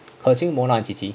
ke qing mona and qi qi